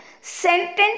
sentence